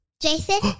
Jason